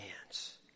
hands